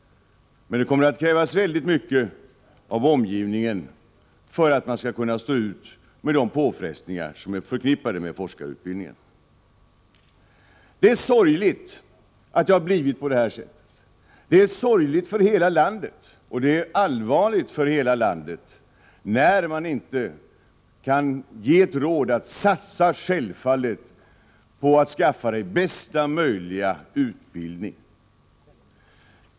Men det kommer att krävas mycket av omgivningen för att man skall kunna stå ut med de påfrestningar som är förknippade med forskarutbildningen. Det är sorgligt att det blivit på det här sättet. Det är sorgligt för hela landet och det är allvarligt för landet när man inte kan ge rådet: Satsa självfallet på att skaffa bästa möjliga utbildning.